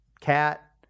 Cat